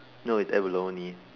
no it's abalone